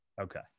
okay